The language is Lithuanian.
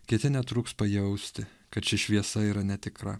kiti netruks pajausti kad ši šviesa yra netikra